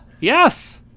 Yes